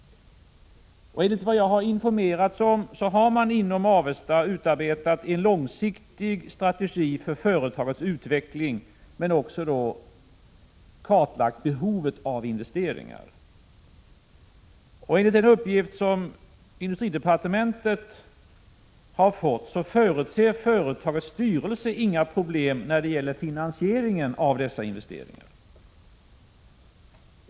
Enligt vad jag har informerats om har man inom Avesta utarbetat en långsiktig strategi för företagets utveckling, men då också kartlagt behovetav Prot. 1986/87:22 investeringar. Enligt en uppgift som industridepartementet har fått förutser 10 november 1986 företagets styrelse inga problem när det gäller finansieringen av dessa = investeringar.